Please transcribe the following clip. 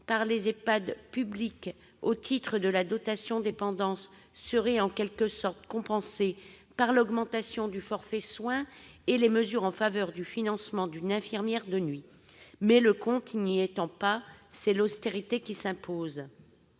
par les EHPAD publics au titre de la dotation dépendance serait en quelque sorte compensée par l'augmentation du forfait soins et les mesures en faveur du financement de postes d'infirmière de nuit. Mais, le compte n'y étant pas, c'est l'austérité qui s'impose